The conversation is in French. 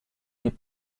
n’est